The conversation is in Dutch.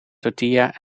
tortilla